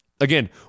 again